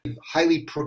highly